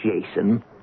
Jason